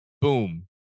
Boom